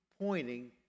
pointing